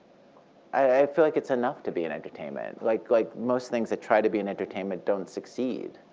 i feel like it's enough to be an entertainment. like like most things that try to be an entertainment don't succeed.